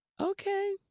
okay